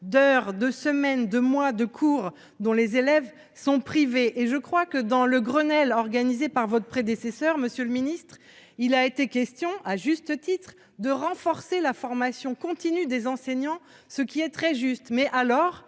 d'heures de semaines de mois de cours dont les élèves sont privés et je crois que dans le Grenelle organisé par votre prédécesseur, monsieur le Ministre, il a été question à juste titre de renforcer la formation continue des enseignants, ce qui est très juste, mais alors